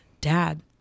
dad